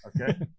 Okay